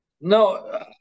No